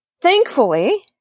thankfully